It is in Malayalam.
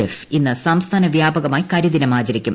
എഫ് ഇന്ന് സംസ്ഥാന വ്യാപകമായി കൃതിദിനം ആചരിക്കും